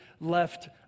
left